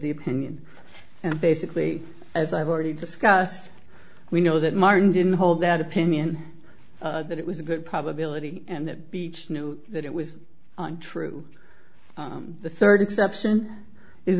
the opinion and basically as i've already discussed we know that martin didn't hold that opinion that it was a good probability and that beach knew that it was true the rd exception is